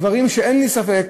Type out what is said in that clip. דברים שאין לי ספק